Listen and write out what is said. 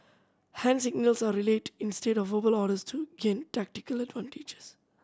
hand signals are relayed instead of verbal orders to gain tactical advantages